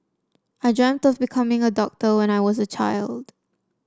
I dreamt of becoming a doctor when I was a child